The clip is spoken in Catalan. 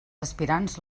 aspirants